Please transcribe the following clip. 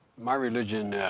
my religion